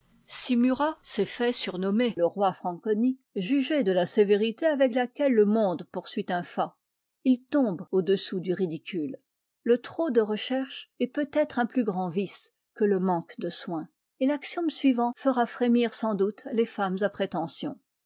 si murât s'est fait surnommer le roi franconi jugez de la sévérité avec laquelle le monde poursuit un fat il tombe au-dessous du ridicule le trop de recherche est peut êtie un plus grand vice que le manque de soin et l'axiome suivant fera frémir sans doute les femmes à prétentions